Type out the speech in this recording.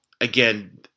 again